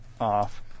off